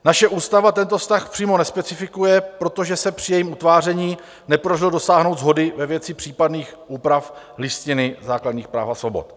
Naše ústava tento vztah přímo nespecifikuje, protože se při jejím utváření nepodařilo dosáhnout shody ve věci případných úprav Listiny základních práv a svobod.